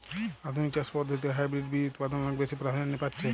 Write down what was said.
আধুনিক চাষ পদ্ধতিতে হাইব্রিড বীজ উৎপাদন অনেক বেশী প্রাধান্য পাচ্ছে